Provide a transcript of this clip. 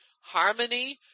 harmony